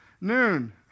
Noon